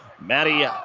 Maddie